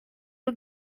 aux